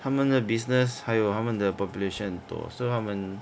他们的 business 还有他们的 population 很多所以他们